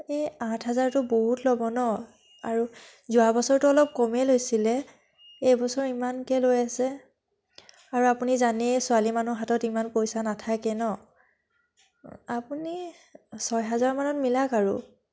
এই আঠ হাজাৰটো বহুত ল'ব ন আৰু যোৱা বছৰটো অলপ কমেই লৈছিলে এইবছৰ ইমানকৈ লৈ আছে আৰু আপুনি জানেই ছোৱালী মানুহৰ হাতত ইমান পইচা নাথাকে ন আপুনি ছয়হাজাৰমানত মিলাওক আৰু